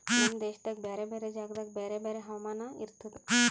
ನಮ್ ದೇಶದಾಗ್ ಬ್ಯಾರೆ ಬ್ಯಾರೆ ಜಾಗದಾಗ್ ಬ್ಯಾರೆ ಬ್ಯಾರೆ ಹವಾಮಾನ ಇರ್ತುದ